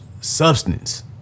substance